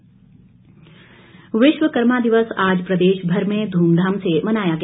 विश्वकर्मा विश्वकर्मा दिवस आज प्रदेशभर में धूमधाम से मनाया गया